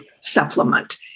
supplement